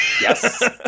Yes